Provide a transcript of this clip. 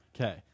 Okay